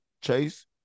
Chase